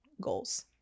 goals